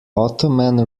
ottoman